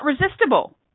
resistible